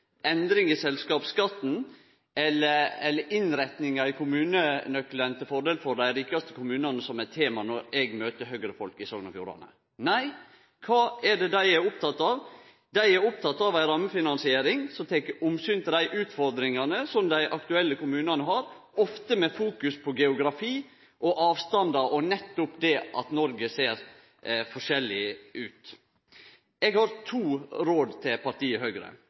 endring i selskapsskatten eller innretningar i kommunenøkkelen til fordel for dei rikaste kommunane som er tema når eg møter Høgre-folk i Sogn og Fjordane. Nei – kva er det dei er opptekne av? Dei er opptekne av ei rammefinansiering som tek omsyn til dei utfordringane som dei aktuelle kommunane har, ofte med fokus på geografi og avstandar – og nettopp det at Noreg ser forskjellig ut. Eg har to råd til partiet Høgre.